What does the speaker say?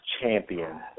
champion